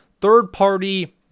third-party